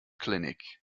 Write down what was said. clinic